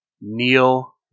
Neil